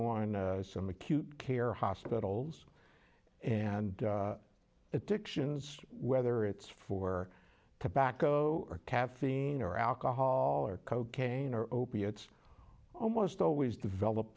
on some acute care hospitals and addictions whether it's for tobacco or caffeine or alcohol or cocaine or opiates almost always develop